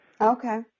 Okay